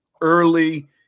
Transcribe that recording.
early